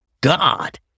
God